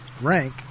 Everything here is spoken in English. rank